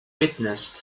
witnessed